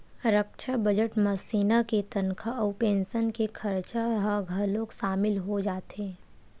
रक्छा बजट म सेना के तनखा अउ पेंसन के खरचा ह घलोक सामिल हो जाथे